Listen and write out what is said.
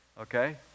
okay